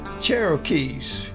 Cherokees